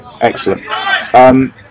excellent